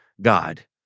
God